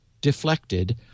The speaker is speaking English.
deflected